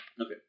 Okay